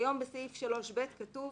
כיום בסעיף 3(ב) כתוב